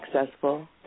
successful